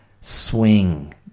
swing